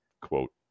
quote